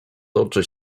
toczy